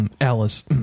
Alice